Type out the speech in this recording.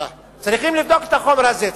צריך לבדוק את החומר הזה.